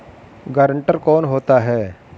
Guarantor कौन होता है?